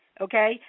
okay